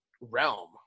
realm